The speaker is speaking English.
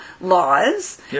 laws